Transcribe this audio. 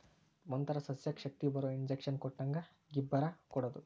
ಒಂತರಾ ಸಸ್ಯಕ್ಕ ಶಕ್ತಿಬರು ಇಂಜೆಕ್ಷನ್ ಕೊಟ್ಟಂಗ ಗಿಬ್ಬರಾ ಕೊಡುದು